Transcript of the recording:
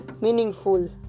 meaningful